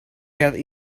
have